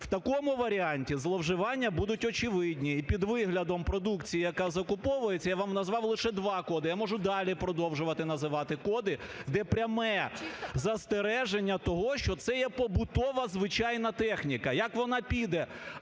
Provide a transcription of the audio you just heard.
В такому варіанті зловживання будуть очевидні і під виглядом продукції, яка закуповується, я вам назвав лише два коди. Я можу далі продовжувати називати коди, де пряме застереження того, що це є побутова звичайна техніка, як вона піде